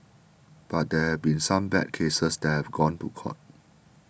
but there have been some bad cases that have gone to court